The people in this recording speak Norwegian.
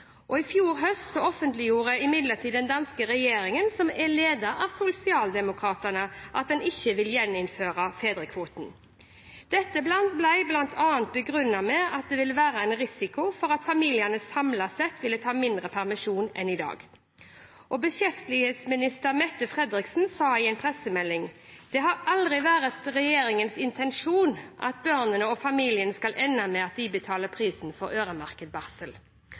I fjor høst offentliggjorde imidlertid den danske regjeringen, som er ledet av Socialdemokraterne, at den ikke vil gjeninnføre fedrekvoten. Dette ble bl.a. begrunnet med at det ville være en risiko for at familiene samlet sett ville ta mindre permisjon enn i dag. Beskæftigelsesminister Mette Frederiksen sa i en pressemelding: «Det har aldrig været regeringens intention, at børnene og familierne skulle ende med at betale prisen for øremærket barsel».